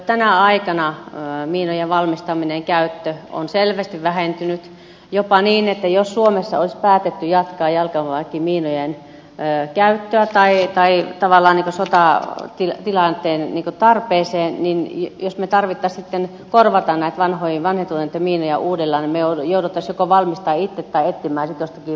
tänä aikana miinojen valmistaminen ja käyttö on selvästi vähentynyt jopa niin että jos suomessa olisi päätetty jatkaa jalkaväkimiinojen käyttöä tavallaan sotatilanteen tarpeeseen ja jos meidän tarvitsisi korvata näitä vanhentuneita miinoja uusilla niin me joutuisimme joko valmistamaan ne itse tai etsimään sitten jostakin valmistajan